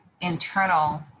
internal